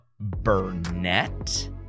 burnett